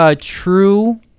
true